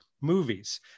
movies